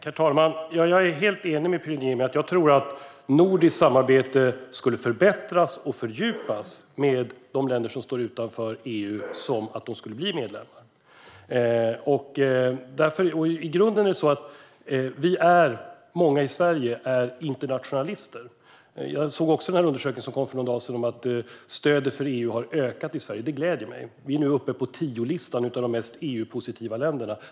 Herr talman! Ja, jag är helt enig med Pyry Niemi. Jag tror att nordiskt samarbete skulle förbättras och fördjupas med de länder som står utanför EU om de skulle bli medlemmar. Många i Sverige är internationalister. Jag såg också att undersökningen som kom för några dagar sedan visar att stödet för EU har ökat i Sverige. Det gläder mig. Vi är nu uppe på tio-i-topp-listan över de mest EU-positiva länderna.